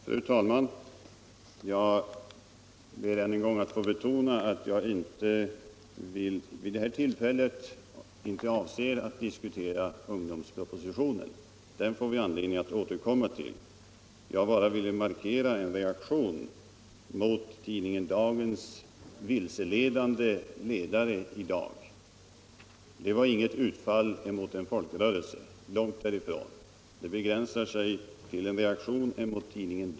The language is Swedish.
Fru talman! Jag ber ännu en gång att få betona att jag inte vid det här tillfället avser att diskutera ungdomspropositionen; den får vi anledning att återkomma till. Jag ville bara markera en reaktion mot tidningen Dagens vilseledande ledare i dag. Det var inget utfall mot en folkrörelse, långt därifrån.